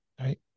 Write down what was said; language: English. right